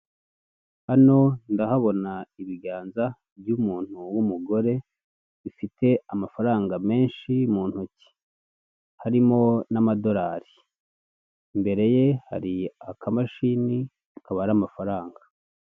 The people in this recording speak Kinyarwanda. Hano ndahabona ibiganza by'umuntu w'umugore bifite amafaranga menshi mu ntoki harimo n'amadorari imbere ye hari akamashini kabara amafaranga.